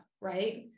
right